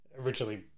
originally